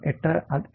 8 0